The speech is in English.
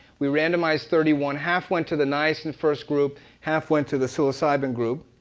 we randomized thirty one. half went to the niacin, first group. half went to the psilocybin group.